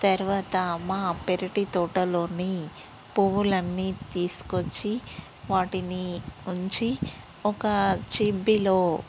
తర్వాత మా పెరటి తోటలోని పువ్వులన్నీ తీసుకొచ్చి వాటిని ఉంచి ఒక సిబ్బిలో